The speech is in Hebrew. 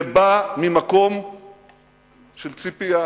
זה בא ממקום של ציפייה,